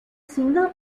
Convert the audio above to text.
single